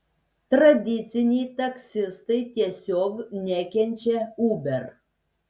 tradiciniai taksistai tiesiog nekenčia uber